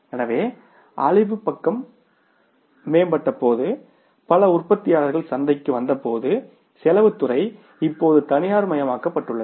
எனவே அளிப்பு பக்கம் மேம்பட்டபோது பல உற்பத்தியாளர்கள் சந்தைக்கு வந்தபோது செலவுத் துறை இப்போது தனியார்மயமாக்கப்பட்டுள்ளது